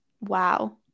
Wow